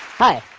hi,